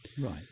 Right